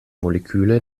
moleküle